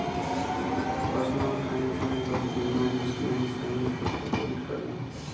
personal finance में लोग बीमा, इन्वेसमटमेंट, सेविंग, फिक्स डिपोजिट करलन